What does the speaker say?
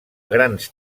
grans